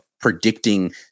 predicting